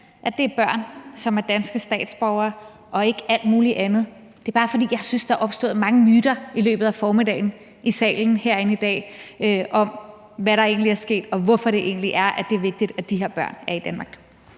i nat, er børn, som er danske statsborgere og ikke alt mulig andet. Det er bare, fordi jeg synes, at der er opstået mange myter i løbet af formiddagen herinde i salen om, hvad der egentlig er sket, og hvorfor det egentlig er, at det er vigtigt, at de her børn er i Danmark.